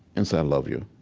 and say, i love you?